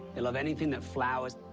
they love anything that flowers.